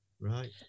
Right